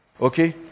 okay